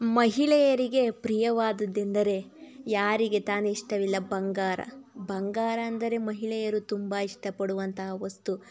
ಮಹಿಳೆಯರಿಗೆ ಪ್ರಿಯವಾದುದ್ದೆಂದರೆ ಯಾರಿಗೆ ತಾನೆ ಇಷ್ಟವಿಲ್ಲ ಬಂಗಾರ ಬಂಗಾರ ಅಂದರೆ ಮಹಿಳೆಯರು ತುಂಬ ಇಷ್ಟಪಡುವಂತಹ ವಸ್ತು